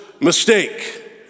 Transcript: mistake